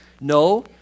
No